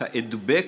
את ההדבק,